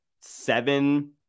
seven